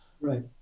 Right